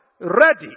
ready